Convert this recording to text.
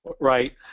right